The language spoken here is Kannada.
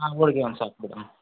ಹಾಂ ಹೋಳಿಗೆ ಒಂದು ಸಾಕು ಬಿಡಿ ರಿ